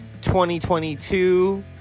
2022